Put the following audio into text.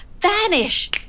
vanish